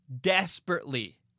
desperately